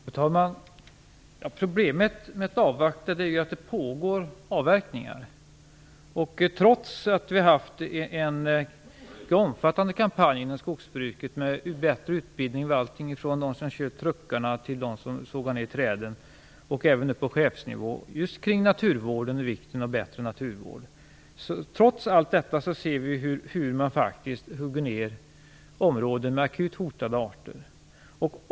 Fru talman! Problemet med att avvakta är att det pågår avverkningar, och detta trots att vi har haft en mycket omfattande kampanj inom skogsbruket. Alla, från dem som kör truckarna till dem som sågar ned träden samt cheferna, har fått en bättre utbildning kring naturvård och vikten av bättre naturvård. Trots allt detta ser vi hur man faktiskt hugger ned skogsområden med akut hotade arter.